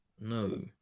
No